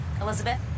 Elizabeth